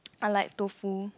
I like tofu